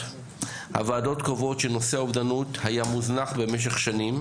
הוועדות קובעות שנושא האובדנות היה מוזנח במשך שנים.